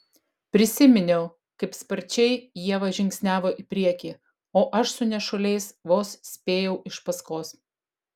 prisiminiau kaip sparčiai ieva žingsniavo į priekį o aš su nešuliais vos spėjau iš paskos